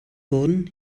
wurden